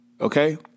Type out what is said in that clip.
Okay